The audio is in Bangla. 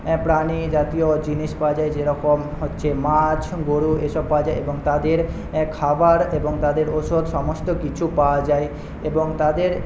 প্রাণীজাতীয় জিনিস পাওয়া যায় যেরকম হচ্ছে মাছ গরু এসব পাওয়া যায় এবং তাদের খাবার এবং তাদের ওষুধ সমস্ত কিছু পাওয়া যায় এবং তাদের